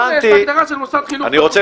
הבנתי, הבנתי, אני רוצה